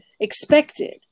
expected